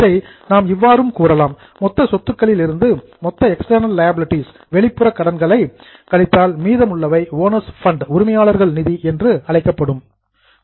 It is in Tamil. இதை நாம் இவ்வாறும் கூறலாம் மொத்த சொத்துக்களில் இருந்து மொத்த எக்ஸ்ட்டர்ணல் லியாபிலிடீஸ் வெளிப்புற கடன்களை கழித்தால் மீதமுள்ளவை ஓனர்ஸ் ஃபண்ட் உரிமையாளர்கள் நிதி என்று அழைக்கப்படுகிறது